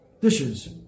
dishes